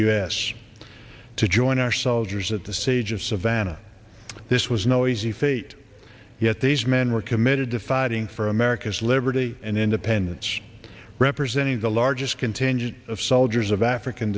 us to join our soldiers at the siege of savannah this was no easy feat yet these men were committed to fighting for america's liberty and independence representing the largest contingent of soldiers of african